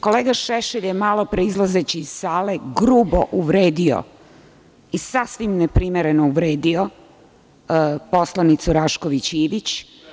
Kolega Šešelj je malopre izlazeći iz sale grubo uvredio i sasvim neprimereno uvredio poslanicu Rašković Ivić.